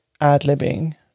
ad-libbing